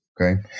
Okay